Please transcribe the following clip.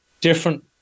different